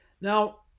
Now